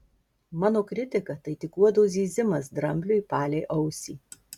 mano kritika tai tik uodo zyzimas drambliui palei ausį